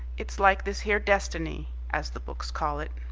it's like this here destiny, as the books call it.